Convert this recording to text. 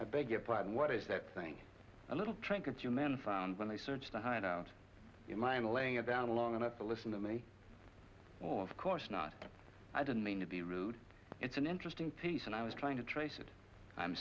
i beg your pardon what is that thing a little trinket you men found when they searched the hide out in mine laying it down long enough to listen to me no of course not i didn't mean to be rude it's an interesting piece and i was trying to trace it i'm